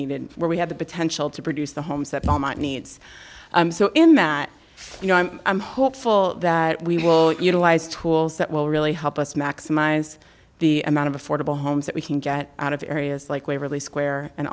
needed where we have the potential to produce the homes that belmont needs so in that you know i'm hopeful that we will utilize tools that will really help us maximize the amount of affordable homes that we can get out of areas like waverly square and